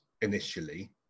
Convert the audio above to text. initially